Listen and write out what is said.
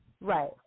Right